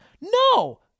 No